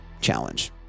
challenge